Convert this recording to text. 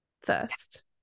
first